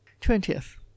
twentieth